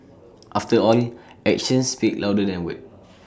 after all actions speak louder than words